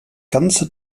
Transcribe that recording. gesamte